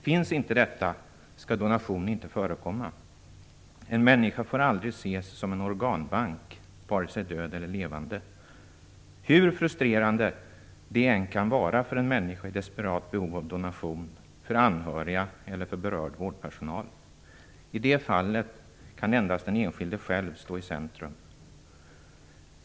Finns inte detta samtycke skall donation inte förekomma. En människa får aldrig ses som en organbank, vare sig död eller levande, hur frustrerande det än kan vara för en människa i desperat behov av donation, för anhöriga eller för berörd vårdpersonal. I det fallet kan endast den enskilde själv stå i centrum.